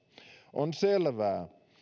on selvää